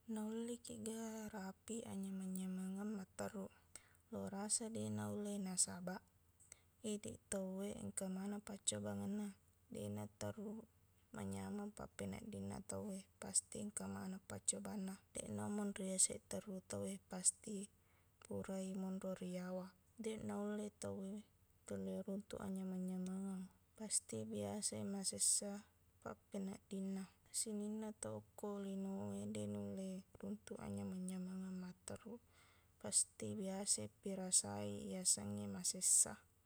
Naullekiqga rapiq annyameng-nyamengeng materruq. Lorasa deq naulle. Nasabaq, idiq tauwe, engka maneng paccobangenna. Deqna terruq manyameng pappeneddinna tauwe. Pasti engka maneng paccobanna. Deqna monri yaseq terruq tauwe. Pasti purai monro riyawa. Deq naulle tauwe telli runtuk anyameng-nyamengeng. Pasti biasai masessa pappeneddinna. Sininna tau okko linowe deq nulle runtuk anyameng-nyamengeng amatterruq. Pasti biasa i pirasai yasengnge masessa.